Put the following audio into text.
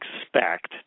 expect